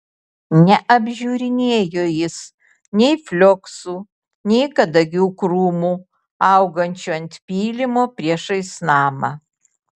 neapžiūrinėjo jis nei flioksų nei kadagių krūmų augančių ant pylimo priešais namą